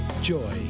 joy